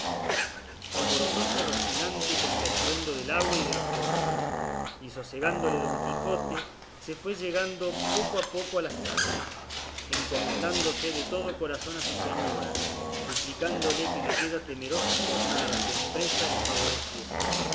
cesaba alborotóse rocinante con el estruendo del agua y de los golpes y sosegándole don quijote se fue llegando poco a poco a las casas encomendándose de todo corazón a su señora suplicándole que en aquella temerosa jornada y empresa le favoreciese